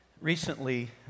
Recently